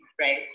right